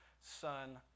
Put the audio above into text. Son